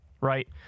right